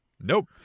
nope